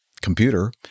computer